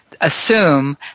assume